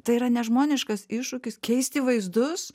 tai yra nežmoniškas iššūkis keisti vaizdus